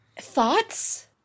Thoughts